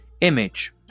image